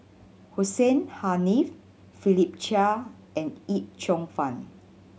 Hussein Haniff Philip Chia and Yip Cheong Fun